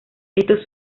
éstos